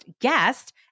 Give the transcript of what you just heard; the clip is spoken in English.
guest